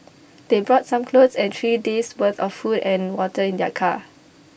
they brought some clothes and three days worth of food and water in their car